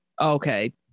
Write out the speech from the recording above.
okay